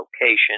location